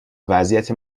وضعیت